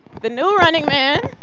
the new running man.